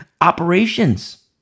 operations